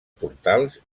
portals